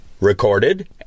recorded